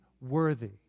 worthy